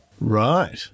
Right